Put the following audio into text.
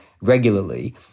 regularly